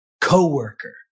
coworker